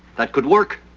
that could work.